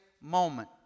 moment